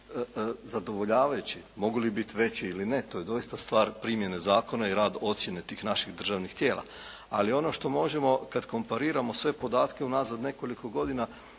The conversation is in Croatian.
zadovoljavajući, mogu li biti veći ili ne to je doista stvar primjene zakona i rad ocjene tih naših državnih tijela. Ali ono što možemo kad kompariramo sve podatke unazad nekoliko godina